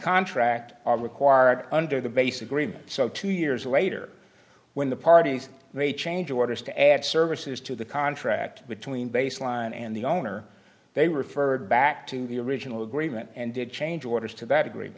contract are required under the base agreement so two years later when the parties may change orders to add services to the contract between baseline and the owner they referred back to the original agreement and did change orders to that agree